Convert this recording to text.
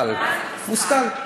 מושכל.